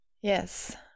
Yes